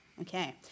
Okay